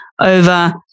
over